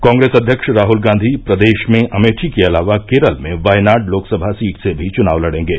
कांग्रेस अध्यक्ष राहल गांधी प्रदेश में अमेठी के अलावा केरल में वायनाड लोकसभा सीट से भी चुनाव लडेंगे